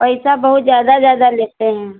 पएइसा बहुत ज़्यादा ज़्यादा लेते हैं